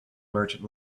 merchant